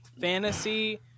fantasy